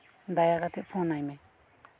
ᱫᱟᱭᱟ ᱠᱟᱛᱮᱜ ᱯᱷᱚᱱᱟᱭ ᱢᱮ